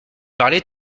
parlé